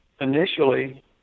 initially